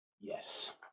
Yes